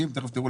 תיכף תראו,